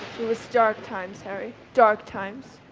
it was dark times, harry, dark times.